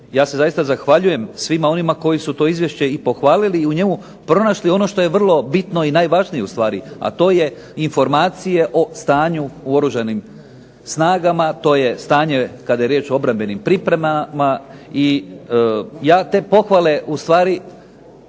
ja se zahvaljujem svima onima koji su to izvješće pohvalili i u njemu pronašli ono što je vrlo bitno i najvažnije ustvari, a to je informacije o stanju o Oružanim snagama, to je stanje kada je riječ o obrambenim pripremama. I ja te pohvale primam